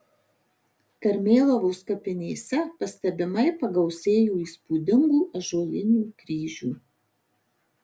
karmėlavos kapinėse pastebimai pagausėjo įspūdingų ąžuolinių kryžių